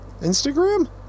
Instagram